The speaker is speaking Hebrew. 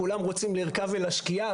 כולם רוצים לרכב אל השקיעה,